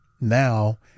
now